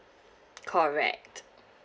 correct